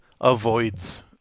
avoids